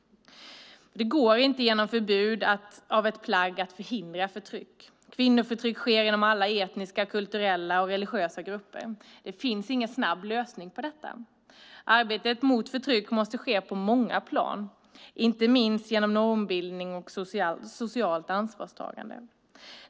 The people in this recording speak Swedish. Det går inte att genom förbud av ett plagg förhindra förtryck. Kvinnoförtryck sker inom alla etniska, kulturella och religiösa grupper. Det finns ingen snabb lösning på detta. Arbetet mot förtryck måste ske på många plan, inte minst genom normbildning och socialt ansvarstagande.